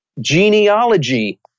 genealogy